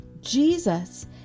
Jesus